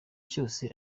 cyose